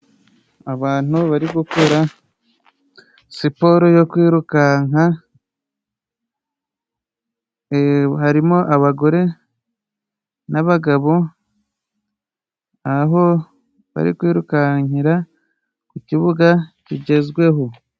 Abantu bari gukora siporo yo kwirukanka hari mo abagore n'abagabo, aho bari kwirukankira ku ikibuga kigezweho.